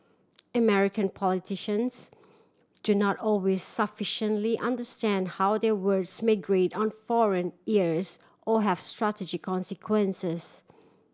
American politicians do not always sufficiently understand how their words may grate on foreign ears or have strategic consequences